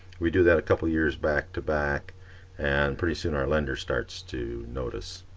we do that a couple years back to back and pretty soon our lender starts to notice.